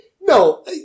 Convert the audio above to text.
No